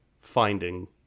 finding